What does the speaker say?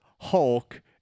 hulk